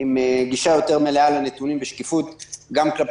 עם גישה יותר מלאה לנתונים ושקיפות גם כלפי